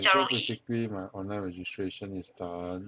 so basically my online registration is done